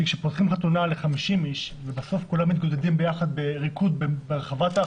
כשפותחים חתונה ל-50 איש ובסוף כולם מתגודדים ביחד בריקוד ברחבה,